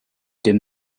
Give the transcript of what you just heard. dim